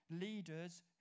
leaders